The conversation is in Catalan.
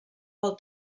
pel